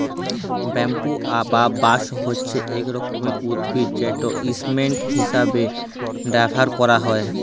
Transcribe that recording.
bamboo বা বাঁশ হছে ইক রকমের উদ্ভিদ যেট ইসটেম হিঁসাবে ব্যাভার ক্যারা হ্যয়